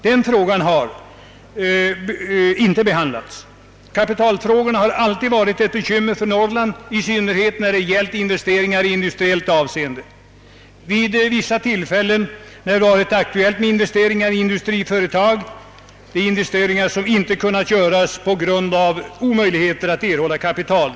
Den frågan har inte behandlats av utskottet. Kapitalfrågorna har alltid varit ett bekymmer för Norrland, i synnerhet när det gällt investeringar i industriellt avseende. Vid vissa tillfällen när det varit aktuellt med investeringar i industriföretag har dessa investeringar inte kunnat göras på grund av omöjligheten att erhålla kapital.